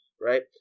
right